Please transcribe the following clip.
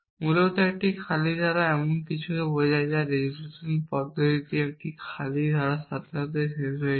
মূলত একটি খালি ধারা এমন কিছুকে বোঝায় যা রেজোলিউশন পদ্ধতিতে একটি খালি ধারার সাথে শেষ হয়ে যায়